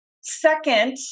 Second